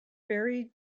buried